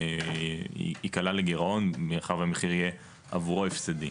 ייקלע לגירעון מאחר שעבורו המחיר יהיה הפסדי.